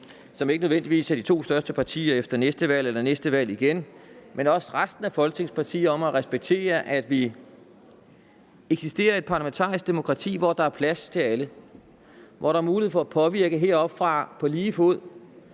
som ikke nødvendigvis er de to største partier efter næste valg eller næste valg igen, og også til resten af Folketingets partier om at respektere, at vi eksisterer i et parlamentarisk demokrati, hvor der er plads til alle, og hvor der er mulighed for at påvirke heroppefra på lige fod,